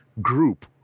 group